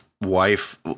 wife